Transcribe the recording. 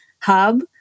hub